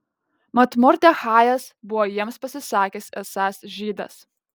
mat mordechajas buvo jiems pasisakęs esąs žydas